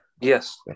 Yes